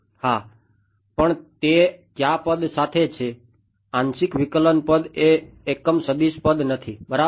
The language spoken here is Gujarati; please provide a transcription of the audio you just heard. હા પણ તે કયા પદ સાથે પદ નથી બરાબર